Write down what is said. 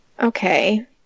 Okay